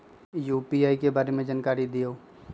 UPI के बारे में जानकारी दियौ?